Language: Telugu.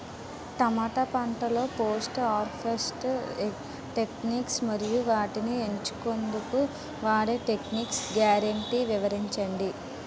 టమాటా పంటలో పోస్ట్ హార్వెస్ట్ టెక్నిక్స్ మరియు వాటిని ఉంచెందుకు వాడే టెక్నిక్స్ గ్యారంటీ వివరించండి?